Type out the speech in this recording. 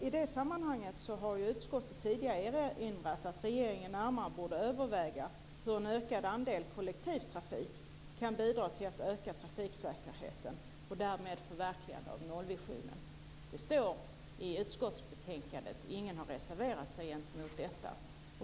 I det sammanhanget har utskottet tidigare erinrat att regeringen närmare borde överväga hur en ökad andel kollektivtrafik kan bidra till att öka trafiksäkerheten och därmed förverkliga nollvisionen. Det står i utskottsbetänkandet. Ingen har reserverat sig mot detta.